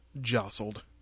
jostled